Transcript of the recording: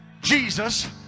Jesus